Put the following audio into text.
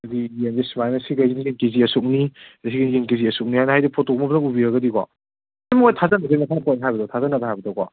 ꯍꯥꯏꯗꯤ ꯌꯦꯟꯁꯤ ꯁꯨꯃꯥꯏꯅ ꯁꯤꯒꯩꯁꯤꯅ ꯀꯦ ꯖꯤ ꯑꯁꯨꯛꯅꯤ ꯁꯤꯒꯤꯁꯤꯅ ꯀꯦ ꯖꯤ ꯑꯁꯨꯛꯅꯤ ꯍꯥꯏꯗꯤ ꯐꯣꯇꯣꯒꯨꯝꯕ ꯎꯕꯤꯔꯒꯗꯤꯀꯣ ꯃꯣꯏ ꯊꯥꯖꯅꯕꯒꯤ ꯃꯈꯥ ꯄꯣꯜꯂꯤ ꯍꯥꯏꯕꯗꯣꯀꯣ ꯊꯥꯖꯅꯕ ꯍꯥꯏꯕꯗꯣꯀꯣ